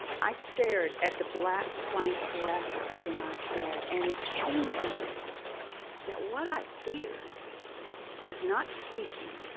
i stared at the black plank of rafter over my head and it came to me that what i feared was not speaking,